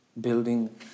building